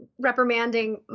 reprimanding